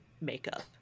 makeup